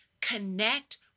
connect